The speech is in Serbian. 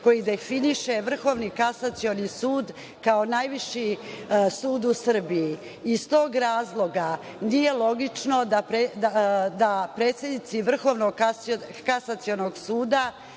koji definiše Vrhovni kasacioni sud, kao najviši sud u Srbiji. Iz tog razloga, nije logično da predsednici Vrhovnog kasacionog suda,